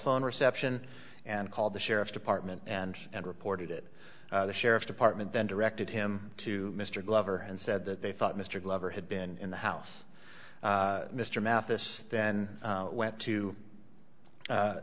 phone reception and called the sheriff's department and and reported it the sheriff's department then directed him to mr glover and said that they thought mr glover had been in the house mr mathis then went to